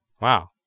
Wow